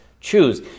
choose